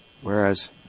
Whereas